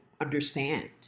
understand